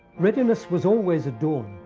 readiness was always at dawn.